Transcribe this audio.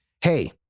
Hey